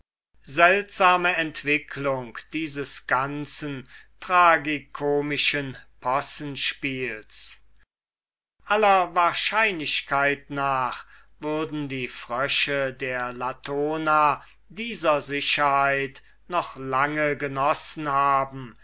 seltsame entwicklung des ganzen abderitischen tragikomischen possenspiels aller wahrscheinlichkeit nach würden die frösche der latona dieser sicherheit noch lange genossen haben